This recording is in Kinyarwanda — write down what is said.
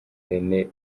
rene